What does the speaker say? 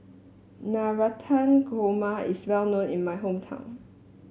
Navratan Korma is well known in my hometown